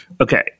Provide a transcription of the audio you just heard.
Okay